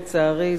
לצערי,